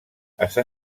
està